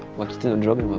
wants to join